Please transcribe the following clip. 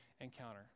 encounter